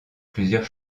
plusieurs